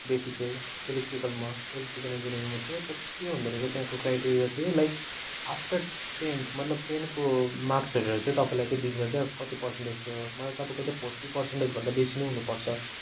बेसी चाहिँ इलेक्ट्रिकलमा इलेक्ट्रिकल इन्जिनियरिङमा थियो तर के हुँदोरहेछ त्यहाँको क्राइटेरिया चाहिँ लाइक आफ्टर टेन मतलब टेनको मार्क्स हेरेर चाहिँ तपाईँलाई चाहिँ दिन्छ क्या हो कति पर्सेन्टेज त्यो मतलब तपाईँको चाहिँ फोर्टी पर्सेन्टेज भन्दा बेसी नै हुनुपर्छ